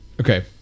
okay